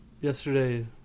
yesterday